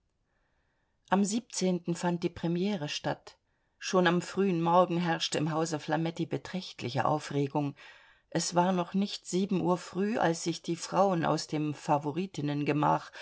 am siebzehnten fand die premiere statt schon am frühen morgen herrschte im hause flametti beträchtliche aufregung es war noch nicht sieben uhr früh als sich die frauen aus dem